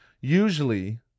usually